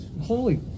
Holy